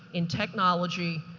in technology,